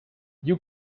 you